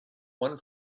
one